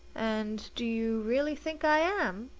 and do you really think i am?